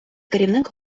керівник